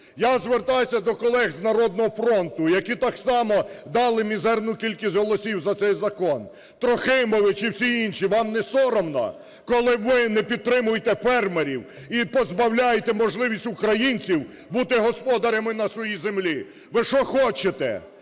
Я звертаюся до колег з "Народного фронту", які так само дали мізерну кількість голосів за цей закон. Трохимович і всі інші, вам не соромно? Коли ви не підтримуєте фермерів і позбавляєте можливості українців бути господарем і на своїй землі. Ви що хочете?